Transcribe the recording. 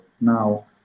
now